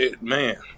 Man